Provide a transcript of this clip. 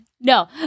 No